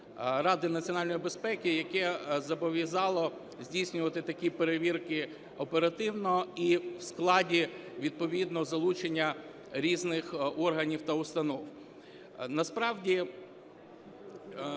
Ради національної безпеки, яке зобов'язало здійснювати такі перевірки оперативно і в складі відповідно залучення різних органів та установ. Насправді